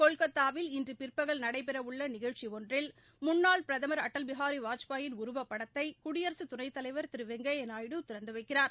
கொல்கத்தாவில் இன்று பிற்பகல் நடைபெறவுள்ள நிகழ்ச்சி ஒன்றில் முன்னாள் பிரதமர் அடல்பிகாரி வாஜ்பாயின் உருவப் படத்தை குடியரகத் துணைத் தலைவர் திரு எம் வெங்கப்யா நாயுடு திறந்து வைக்கிறார்